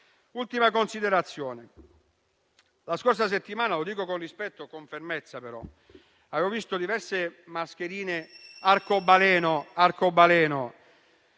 un'ultima considerazione. La scorsa settimana - lo dico con rispetto, ma con fermezza - ho visto diverse mascherine arcobaleno tra